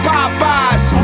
Popeyes